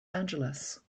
angeles